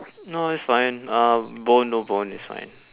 no it's fine um bone no bone is fine